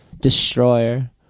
Destroyer